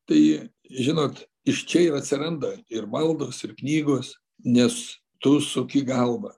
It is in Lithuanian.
tai žinot iš čia ir atsiranda ir maldos ir knygos nes tu suki galvą